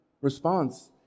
response